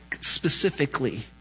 specifically